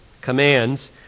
commands